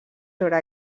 sobre